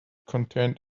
contained